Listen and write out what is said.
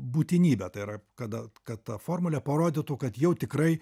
būtinybę tai yra kada kad ta formulė parodytų kad jau tikrai